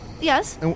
Yes